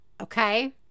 okay